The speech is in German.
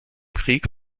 krieg